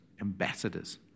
ambassadors